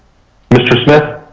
mr. smith?